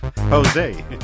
Jose